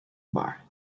bar